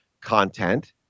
content